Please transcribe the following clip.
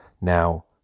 Now